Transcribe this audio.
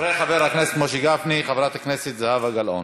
אחרי חבר הכנסת משה גפני, חברת הכנסת זהבה גלאון.